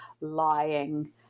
lying